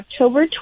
october